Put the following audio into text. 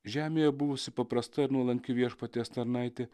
žemėje buvusi paprasta ir nuolanki viešpaties tarnaitė